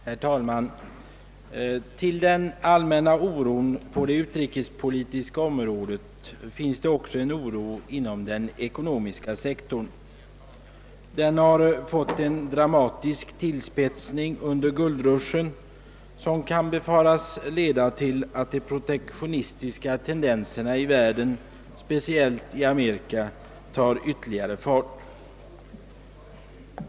Herr talman! Förutom den allmänna oron på det utrikespolitiska området finns också en oro inom den ekonomiska sektorn. Denna oro har fått en dramatisk tillspetsning under guldrushen, som kan befaras leda till att de protektionistiska tendenserna i världen, speciellt i Amerika, tar ytterligare fart.